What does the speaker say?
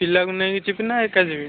ପିଲାକୁ ନେଇକି ଯିବି ନା ଏକା ଯିବି